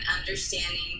understanding